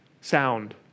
Sound